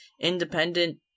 independent